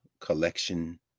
collection